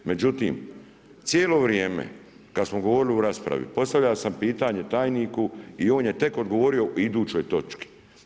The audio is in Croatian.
Međutim, cijelo vrijeme kada smo govorili u raspravi, postavio sam pitanje tajniku i on je tek odgovorio u idućoj točki.